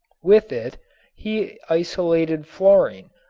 with it he isolated fluorine,